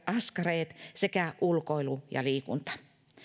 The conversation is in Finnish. askareet sekä ulkoilu ja liikunta